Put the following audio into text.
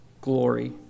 glory